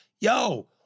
yo-